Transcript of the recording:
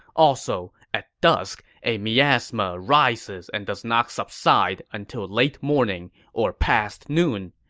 also, at dusk, a miasma rises and does not subside until late morning or past noon.